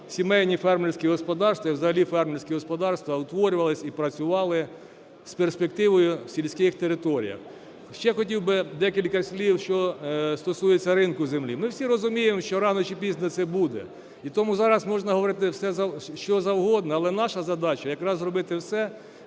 сімейні фермерські господарства і взагалі фермерські господарства утворювалися і працювали з перспективою в сільських територіях. Ще хотів би декілька слів, що стосується ринку землі. Ми всі розуміємо, що рано чи пізно це буде, і тому зараз можна говорити, що завгодно, але наша задача – якраз робити все,